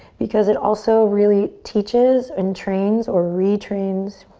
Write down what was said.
because it also really teaches and trains or retrains,